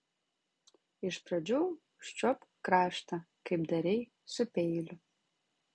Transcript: iš pradžių užčiuopk kraštą kaip darei su peiliu